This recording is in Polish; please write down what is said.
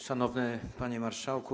Szanowny Panie Marszałku!